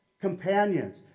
companions